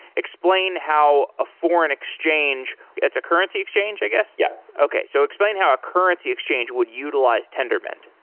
explain how a foreign exchange that's a currency exchange, i guess? yeah. okay. so explain how a currency exchange would utilize tendermint.